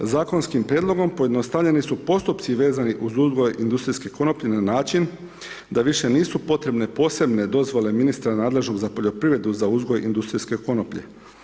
Zakonskim prijedlogom pojednostavljeni su postupci, vezani uz uzgoj industrijske konoplje, na način, da više nisu potrebne posebne dozvole ministra nadležnog za poljoprivredu, za uzgoj industrijske konoplje.